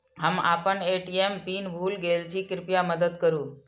हम आपन ATM pin भूल गईल छी, कृपया मदद करू